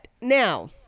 Now